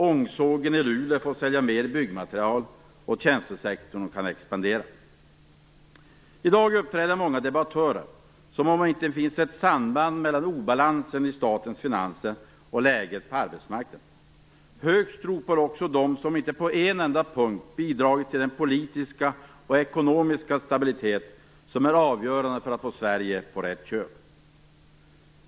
Ångsågen i Luleå får sälja mer byggmaterial och tjänstesektorn kan expandera. I dag uppträder många debattörer som om det inte finns ett samband mellan obalansen i statens finanser och läget på arbetsmarknaden. Högst ropar också de som inte på en enda punkt bidragit till den politiska och ekonomiska stabilitet som är avgörande för att få Sverige på rätt köl.